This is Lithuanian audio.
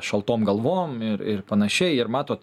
šaltom galvom ir ir panašiai ir matot